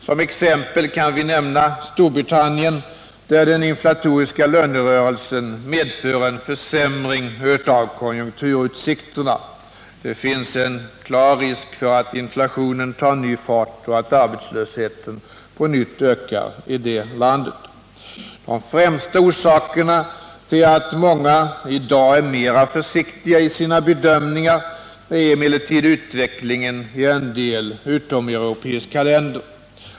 Som exempel kan vi nämna Storbritannien, där den inflatoriska lönerörelsen medför en försämring av konjunkturutsikterna. Det finns en klar risk för att inflationen tar ny fart och att arbetslösheten på nytt ökar i det landet. De främsta orsakerna till att många i dag är mera försiktiga i sina bedömningar är emellertid utvecklingen i en del utomeuropeiska länder.